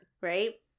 right